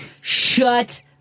shut